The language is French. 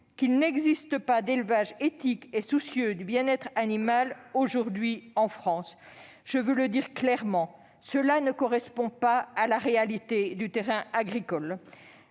qu'il n'existe pas d'élevage éthique et soucieux du bien-être animal aujourd'hui en France. Je veux le dire clairement : cela ne correspond pas à la réalité du terrain agricole.